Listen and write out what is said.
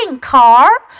car